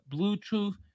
Bluetooth